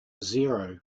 zero